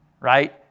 right